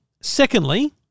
Secondly